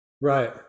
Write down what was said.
Right